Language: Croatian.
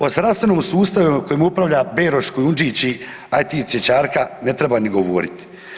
O zdravstvenom sustavu kojim upravlja Beroš, Kujundžić i IT cvjećarka ne treba ni govoriti.